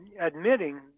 admitting